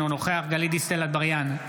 אינו נוכח גלית דיסטל אטבריאן,